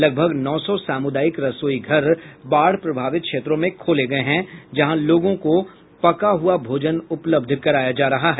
लगभग नौ सौ सामुदायिक रसोई घर बाढ़ प्रभावित क्षेत्रों में खोले गये हैं जहां लोगों को पका हुआ भोजन उपलब्ध कराया जा रहा है